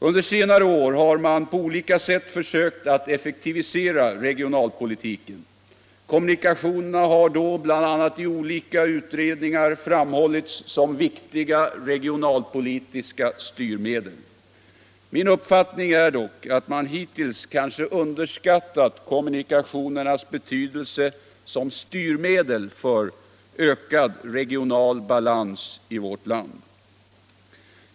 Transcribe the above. Under senare år har man på olika sätt försökt att effektivisera regionalpolitiken. Kommunikatio nerna har då bl.a. i olika utredningar framhållits som viktiga regionalpolitiska styrmedel. Min uppfattning är dock att man hittills kanske underskattat kommunikationernas betydelse som styrmedel för en ökad regional balans i vårt land.